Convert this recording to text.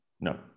no